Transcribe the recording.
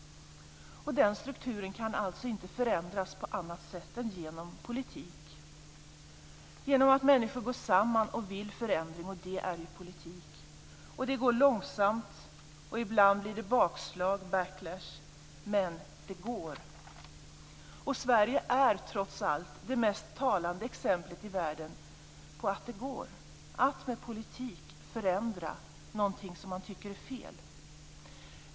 Den här strukturen kan alltså inte förändras på annat sätt än genom politik, genom att människor går samman och vill förändring - och det är ju politik. Det går långsamt. Ibland blir det bakslag, backlash, men det går. Och Sverige är trots allt det mest talande exemplet i världen på att det går att med politik förändra någonting som man tycker är fel.